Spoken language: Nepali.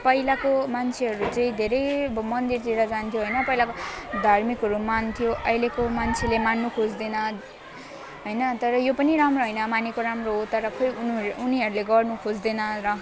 पहिलाको मान्छेहरू चाहिँ धेरै अब मन्दिरतिर जान्थ्यो होइन पहिलाको धार्मिकहरू मान्थ्यो अहिलेको मान्छेले मान्नु खोज्दैन होइन तर यो पनि राम्रो होइन मानेको राम्रो हो तर खोई उनीहरू उनीहरूले गर्नु खोज्दैन र